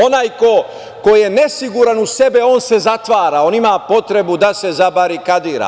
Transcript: Onaj ko je nesiguran u sebe se zatvara, on ima potrebu da se zabarikadira.